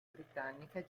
britannica